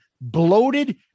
bloated